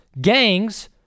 gangs